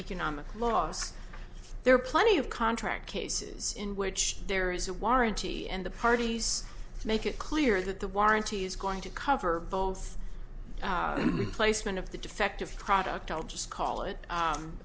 economic laws there are plenty of contract cases in which there is a warranty and the parties to make it clear that the warranty is going to cover both the placement of the defective product i'll just call it